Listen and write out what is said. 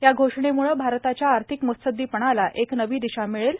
या घोषणेमुळं भारताच्या आर्थिक मृत्सद्दीपणाला एक नवी दिशा मिळेल